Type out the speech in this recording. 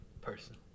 Person